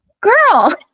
girl